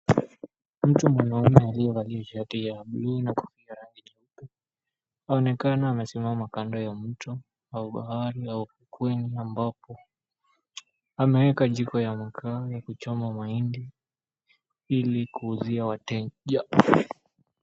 Mtu mwanaume aliyevalia shati ya bluu na kofia ya rangi nyeupe anaonekana amesimama kando ya mto au bahari au ufukweni ambapo ameeka jiko ya makaa na kuchoma mahindi ili kuuzia wateja.